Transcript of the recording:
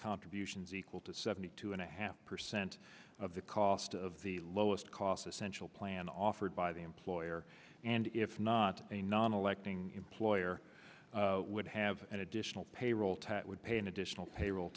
contributions equal to seventy two and a half percent of the cost of the lowest cost essential plan offered by the employer and if not a non electing employer would have an additional payroll tax would pay an additional payroll